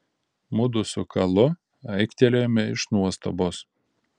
mudu su kalu aiktelėjome iš nuostabos